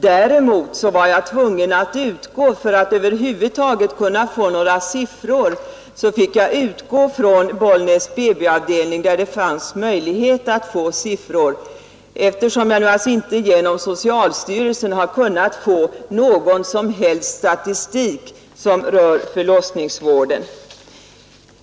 Däremot var jag, för att över huvud taget få några siffror, tvungen att utgå från Bollnäs BB-avdelning. Genom socialstyrelsen har jag som jag sagt inte kunnat få någon som helst statistik som rör förlossningsvården.